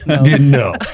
No